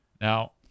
Now